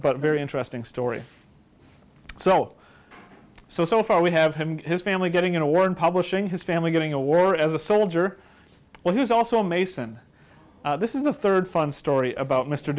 a very interesting story so so so far we have him his family getting in a war and publishing his family getting a war as a soldier well he was also mason this is the third fun story about m